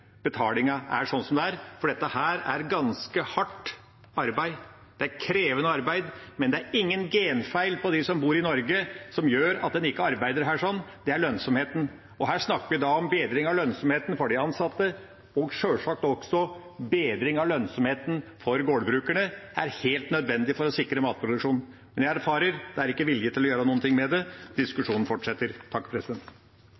for dette er ganske hardt arbeid, det er krevende arbeid. Men det er ingen genfeil på dem som bor i Norge som gjør at en ikke arbeider her, det er lønnsomheten. Her snakker vi om bedring av lønnsomheten for de ansatte, og sjølsagt er også bedring av lønnsomheten for gårdbrukerne helt nødvendig for å sikre matproduksjonen. Men jeg erfarer at det ikke er vilje til å gjøre noe med det.